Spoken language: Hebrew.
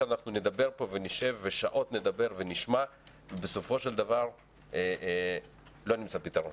שאנחנו שעות נדבר ונשמע ובסופו של דבר לא נמצא פתרון,